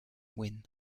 win